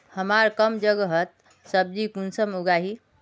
हमार कम जगहत सब्जी कुंसम उगाही?